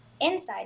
inside